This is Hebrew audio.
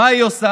מה היא עושה?